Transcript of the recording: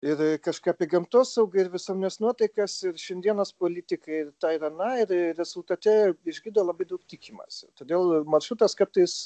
ir kažką apie gamtosaugą ir visuomenės nuotaikas ir šiandienos politiką ir tą ir aną ir rezultate iš gido labai daug tikimasi todėl maršrutas kartais